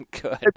good